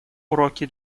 уроки